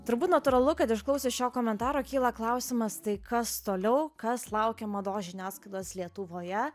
turbūt natūralu kad išklausius šio komentaro kyla klausimas tai kas toliau kas laukia mados žiniasklaidos lietuvoje